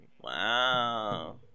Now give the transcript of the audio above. Wow